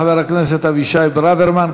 חבר הכנסת אבישי ברוורמן.